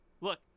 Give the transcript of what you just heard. Look